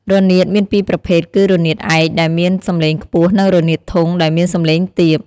រនាតមានពីរប្រភេទ គឺ រនាតឯក ដែលមាន សំឡេងខ្ពស់ និង រនាតធុង ដែលមាន សំឡេងទាប។